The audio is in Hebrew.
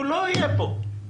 הוא לא יהיה פה.